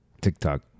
TikTok